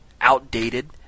outdated